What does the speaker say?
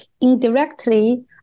indirectly